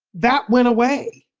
that went away,